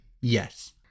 Yes